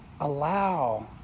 Allow